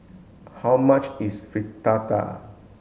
how much is Fritada